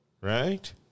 Right